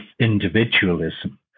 individualism